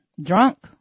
drunk